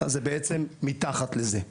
זה בעצם מתחת לזה.